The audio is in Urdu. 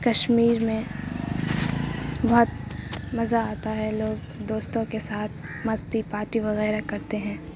کشمیر میں بہت مزہ آتا ہے لوگ دوستوں کے ساتھ مستی پارٹی وغیرہ کرتے ہیں